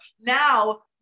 now